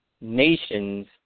nations